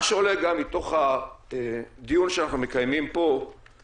מה שעולה גם מתוך הדיון שאנחנו מקיימים פה זה